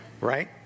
right